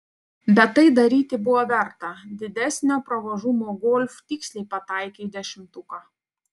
bet tai daryti buvo verta didesnio pravažumo golf tiksliai pataikė į dešimtuką